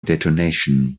detonation